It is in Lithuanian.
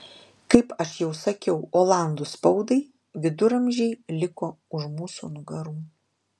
kaip aš jau sakiau olandų spaudai viduramžiai liko už mūsų nugarų